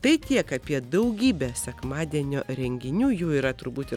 tai tiek apie daugybę sekmadienio renginių jų yra turbūt ir